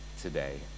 today